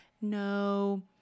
no